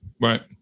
Right